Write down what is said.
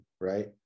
right